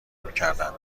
میکردند